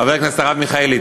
חבר הכנסת הרב מיכאלי,